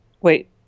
Wait